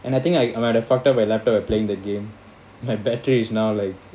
and I think I might have fucked up my laptop by playing the game my battery is now like